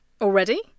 Already